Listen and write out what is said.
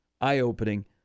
eye-opening